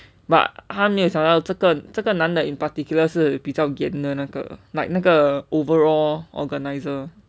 but 他还没有想到这个这个男的 in particular 是比较严的那个 like 那个 overall organizer